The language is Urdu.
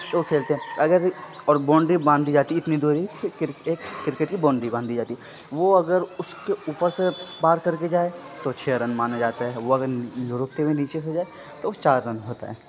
تو وہ کھیلتے ہیں اگر اور بانڈری باندھ دی جاتی ہے اتنی دوری کرکٹ کی بانڈری باندھ دی جاتی ہے وہ اگر اس کے اوپر سے پار کر کے جائے تو چھ رن مانا جاتا ہے وہ اگر رکتے ہوئے نیچے سے جائے تو وہ چار رن ہوتا ہے